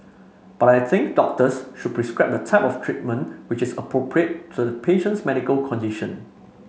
but I think doctors should prescribe the type of treatment which is appropriate to the patient's medical condition